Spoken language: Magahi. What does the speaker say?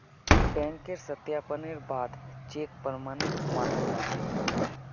बैंकेर सत्यापनेर बा द चेक प्रमाणित मानाल जा छेक